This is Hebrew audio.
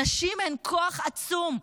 נשים הן כוח עצום,